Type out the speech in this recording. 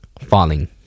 Falling